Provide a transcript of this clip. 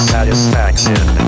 Satisfaction